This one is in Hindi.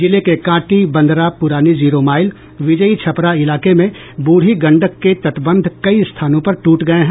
जिले के कांटी बंदरा पूरानी जीरो माईल विजयी छपरा इलाके में ब्रढ़ी गंडक के तटबंध कई स्थानों पर टूट गये हैं